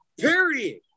period